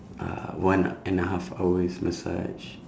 ah one and a half hours massage